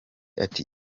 ati